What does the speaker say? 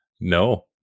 No